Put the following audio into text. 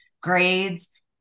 grades